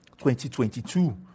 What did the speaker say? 2022